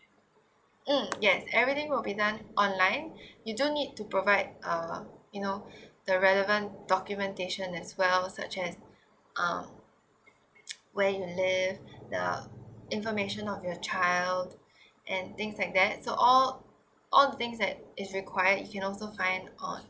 mm yes everything would be done online you don't need to provide uh you know the relevant documentation as well such as uh where you live the information of your child and things like that so all all the things that is required you can also find on